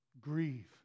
Grieve